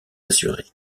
assurée